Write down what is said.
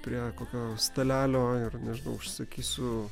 prie kokio stalelio ir nežinau užsisakysiu